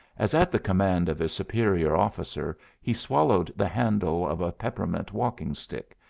as at the command of his superior officer he swallowed the handle of a peppermint walking stick,